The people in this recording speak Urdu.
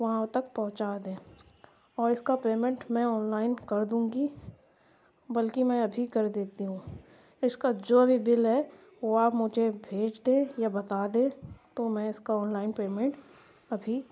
وہاں تک پہنچا دیں اور اس کا پیمینٹ میں آن لائن کر دوں گی بلکہ میں ابھی کر دیتی ہوں اس کا جو بھی بل ہے وہ آپ مجھے بھیج دیں یا بتا دیں تو میں اس کا آن لائن پیمینٹ ابھی